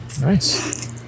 Nice